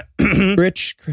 Rich